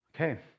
Okay